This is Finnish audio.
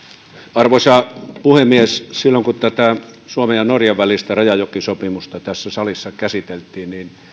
arvoisa puhemies silloin kun tätä suomen ja norjan välistä rajajokisopimusta tässä salissa käsiteltiin